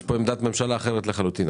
יש פה עמדת ממשלה אחרת לחלוטין.